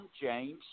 James